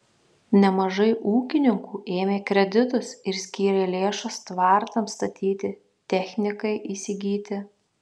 nemažai ūkininkų ėmė kreditus ir skyrė lėšas tvartams statyti technikai įsigyti